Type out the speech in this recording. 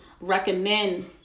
recommend